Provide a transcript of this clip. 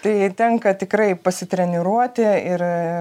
tai tenka tikrai pasitreniruoti ir